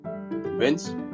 Vince